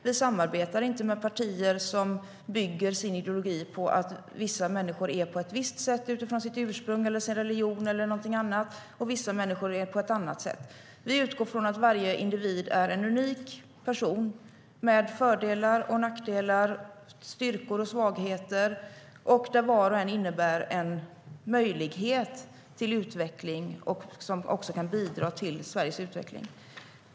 Vi samarbetar inte med partier som bygger sin ideologi på att vissa människor är på ett visst sätt utifrån sitt ursprung, sin religion eller någonting annat och att andra människor är på ett annat sätt. Vi utgår från att varje individ är en unik person med fördelar och nackdelar, styrkor och svagheter, och att var och en innebär en möjlighet till utveckling, vilket också kan bidra till Sveriges utveckling.